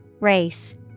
Race